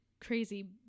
crazy